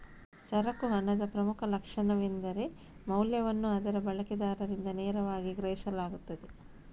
ಸರಕು ಹಣದ ಪ್ರಮುಖ ಲಕ್ಷಣವೆಂದರೆ ಮೌಲ್ಯವನ್ನು ಅದರ ಬಳಕೆದಾರರಿಂದ ನೇರವಾಗಿ ಗ್ರಹಿಸಲಾಗುತ್ತದೆ